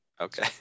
Okay